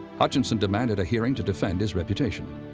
hutchinson demanded a hearing to defend his reputation.